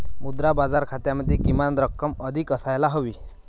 मुद्रा बाजार खात्यामध्ये किमान रक्कम अधिक असायला हवी